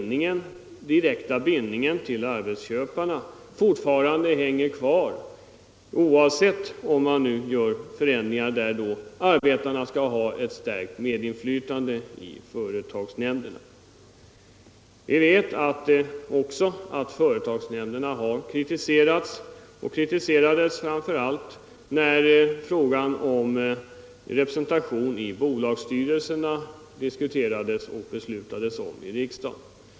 Den direkta bindningen till arbetsköparna hänger kvar, oavsett om man nu gör förändringar så att arbetarna skall ha ett stärkt medinflytande i företagsnämnderna. Vi vet att företagsnämnderna kritiserades framför allt när frågan om representation i bolagsstyrelserna diskuterades och beslut fattades av riksdagen.